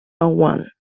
one